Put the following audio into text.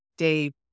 Dave